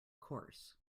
course